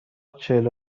چهل